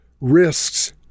risks